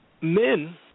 men